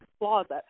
closet